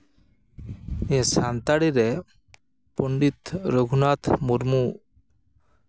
ᱱᱤᱭᱟᱹ ᱥᱟᱱᱛᱟᱲᱤ ᱨᱮ ᱯᱚᱸᱰᱤᱛ ᱨᱟᱹᱜᱷᱩᱱᱟᱛᱷ ᱢᱩᱨᱢᱩ